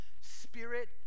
Spirit